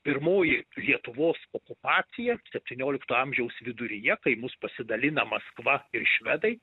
pirmoji lietuvos okupacija septyniolikto amžiaus viduryje kai mus pasidalina maskva ir švedai